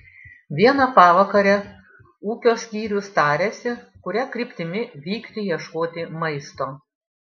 vieną pavakarę ūkio skyrius tarėsi kuria kryptimi vykti ieškoti maisto